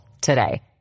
today